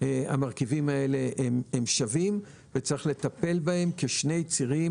המרכיבים האלה הם שווים וצריך לטפל בהם כשני צירים